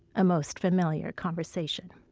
a most familiar conversation